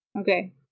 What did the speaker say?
Okay